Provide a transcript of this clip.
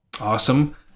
Awesome